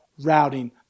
routing